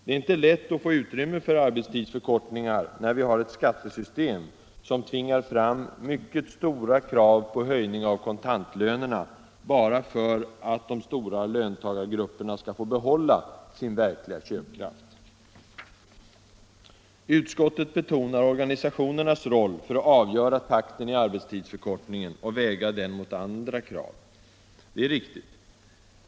Det är inte lätt att få utrymme för arbetstidsförkortningar när vi har ett skattesystem som tvingar fram mycket stora krav på höjning av kontantlönerna — bara för att de stora löntagargrupperna skall få behålla sin verkliga köpkraft. Utskottet betonar organisationernas roll för att avgöra takten i arbetstidsförkortningen och väga den emot andra krav. Det är riktigt.